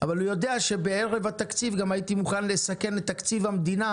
אבל הוא גם יודע שבערב התקציב הייתי מוכן לסכן את תקציב המדינה